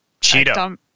Cheeto